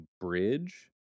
bridge